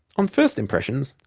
on first impressions,